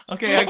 Okay